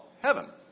Heaven